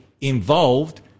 involved